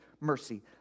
mercy